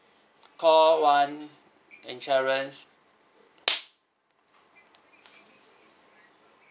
call one insurance